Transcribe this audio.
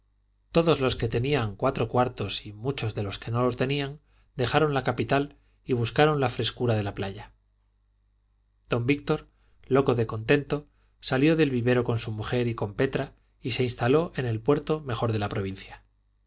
todos los que tenían cuatro cuartos y muchos que no los tenían dejaron la capital y buscaron la frescura de la playa don víctor loco de contento salió del vivero con su mujer y con petra y se instaló en el puerto mejor de la provincia